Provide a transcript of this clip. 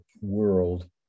world